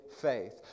faith